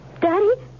Daddy